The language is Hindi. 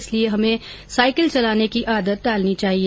इसीलिए हमे साईकिल चलाने की आदत डालनी चाहिए